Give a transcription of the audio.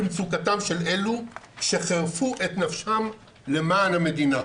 במצוקתם של אלה שחירפו את נפשם למען המדינה.